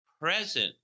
Present